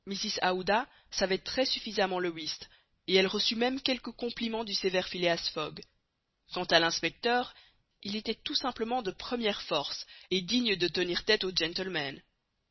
mrs aouda savait très suffisamment le whist et elle reçut même quelques compliments du sévère phileas fogg quant à l'inspecteur il était tout simplement de première force et digne de tenir tête au gentleman